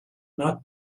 not